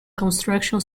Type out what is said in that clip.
construction